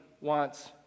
wants